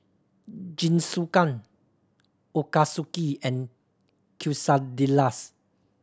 Jingisukan Ochazuke and Quesadillas